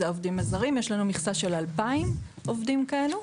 יש לנו מכסה של כ-2,000 עובדים כאלה.